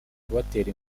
kubatera